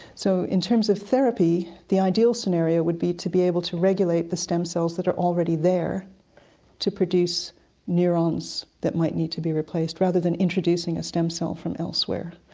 so in terms of therapy the ideal scenario would be to be able to regulate the stem cells that are already there to produce neurons that might need to be replaced, rather than introducing a stem cell from elsewhere.